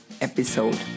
episode